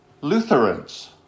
Lutherans